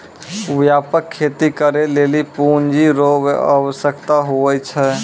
व्यापक खेती करै लेली पूँजी रो आवश्यकता हुवै छै